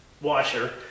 washer